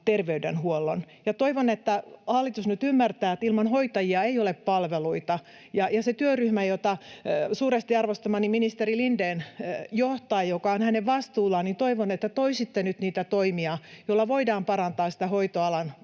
terveydenhuollon. Toivon, että hallitus nyt ymmärtää, että ilman hoitajia ei ole palveluita. Ja siltä työryhmältä, jota suuresti arvostamani ministeri Lindén johtaa ja joka on hänen vastuullaan, toivon, että toisitte nyt niitä toimia, joilla voidaan parantaa sitä hoitoalan